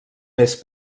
més